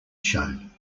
shown